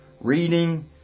reading